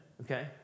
okay